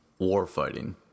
Warfighting